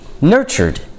nurtured